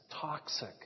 toxic